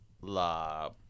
La